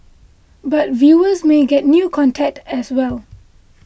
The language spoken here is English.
but viewers may get new content as well